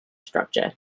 structure